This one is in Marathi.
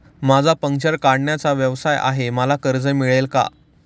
माझा पंक्चर काढण्याचा व्यवसाय आहे मला कर्ज मिळेल का?